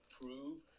prove